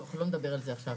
אנחנו לא נדבר על זה עכשיו,